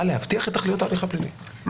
במטרה להבטיח את תכליות ההליך הפלילי?